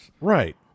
Right